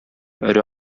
өрә